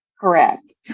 correct